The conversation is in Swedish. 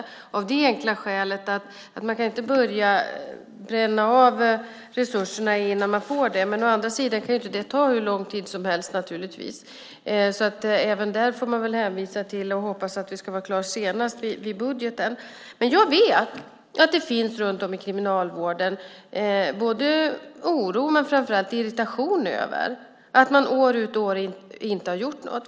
Man kan å ena sidan inte börja bränna av resurserna innan man får dem. Å andra sidan kan det naturligtvis inte ta hur lång tid som helst. Även där får man väl hänvisa till och hoppas att det är klart senast vid budgeten. Jag vet att det i Kriminalvården finns en oro och framför allt en irritation över att man år ut och år in inte har gjort något.